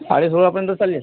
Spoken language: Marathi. साडेसोळापर्यंत चालेल